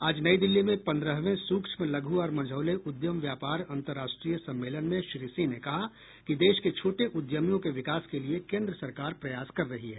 आज नई दिल्ली में पंद्रहवें सूक्ष्म लघू और मझौले उद्यम व्यापार अंतर्राष्ट्रीय सम्मेलन में श्री सिंह ने कहा कि देश के छोटे उद्यमियों के विकास के लिये केन्द्र सरकार प्रयास कर रही है